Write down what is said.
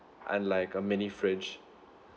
and like a mini fridge